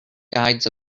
guides